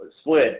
split